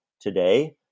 today